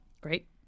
great